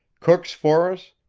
cooks for us,